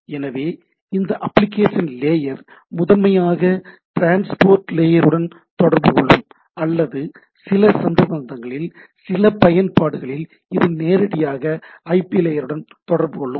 எனவே இந்த application layer முதன்மையாக ட்ரான்ஸ்போர்ட் லேயருடன் தொடர்பு கொள்ளும் அல்லது சில சந்தர்ப்பங்களில் சில பயன்பாடுகளில் இது நேரடியாக ஐபி லேயருடன் தொடர்பு கொள்ளும்